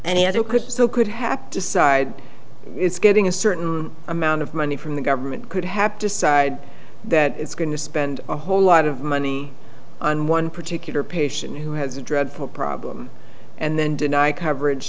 any other crypto could have decide it's getting a certain amount of money from the government could have decided that it's going to spend a whole lot of money on one particular patient who has a drug problem and then deny coverage